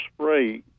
spray